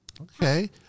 Okay